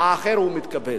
האחר מתקבל.